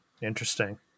Interesting